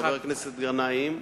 לחבר הכנסת גנאים,